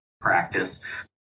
practice